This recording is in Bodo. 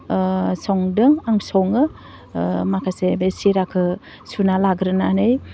संदों आं सङो माखासे बे सिराखौ सुना लाग्रोनानै